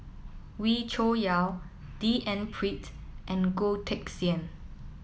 Wee Cho Yaw D N Pritt and Goh Teck Sian